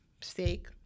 steak